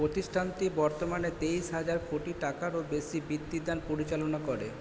প্রতিষ্ঠানটি বর্তমানে তেইশ হাজার কোটি টাকারও বেশি বৃত্তিদান পরিচালনা করে